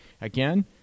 Again